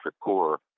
core